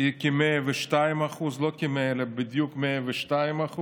זה כ-102%, לא כ-100% אלא בדיוק 102%,